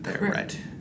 Right